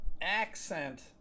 accent